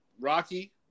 Rocky